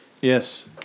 Yes